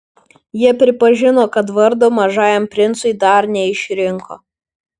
jie pripažino kad vardo mažajam princui dar neišrinko